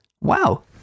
Wow